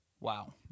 Wow